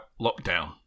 lockdown